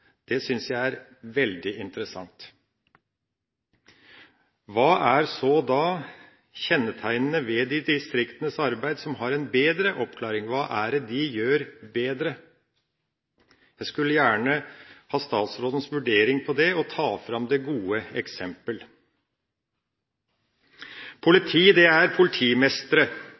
Det synes jeg er veldig interessant. Hva er da kjennetegnene ved de distriktenes arbeid som har en bedre oppklaringsprosent – hva gjør de distriktene bedre? Jeg skulle gjerne hatt statsrådens vurdering av det, og ta fram det gode eksempel. Politi er politimestre, og politimestre sitter gjerne langt borte. Og så er